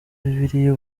bibiliya